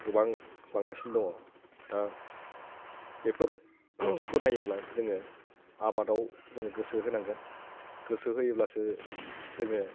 गोबां बांगासिनो दङ दा बेफोरखौ नायोब्ला जोङो आबादाव जों गोसो होनांगोन गोसो होयोब्लासो जोङो